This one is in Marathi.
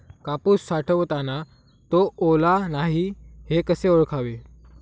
कापूस साठवताना तो ओला नाही हे कसे ओळखावे?